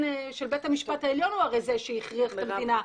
של בית המשפט העליון הוא הרי זה שהכריח את המדינה?